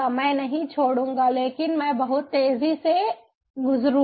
मैं नहीं छोड़ूंगा लेकिन मैं बहुत तेजी से गुजरूंगा